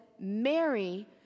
Mary